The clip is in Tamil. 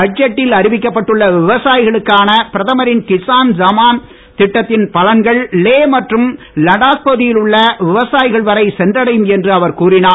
பட்ஜெட்டில் அறிவிக்கப்பட்டுள்ள விவசாயிகளுக்கான பிரதமரின் கிசான் சமான் நிதித் திட்டத்தின் பலன்கள் லே மற்றும் லடாக் பகுதியில் உள்ள விவசாயிகள் வரை சென்றடையும் என்று அவர் கூறினார்